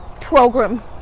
program